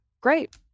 Great